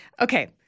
Okay